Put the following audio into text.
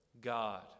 God